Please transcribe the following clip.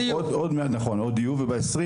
ועוד יהיו.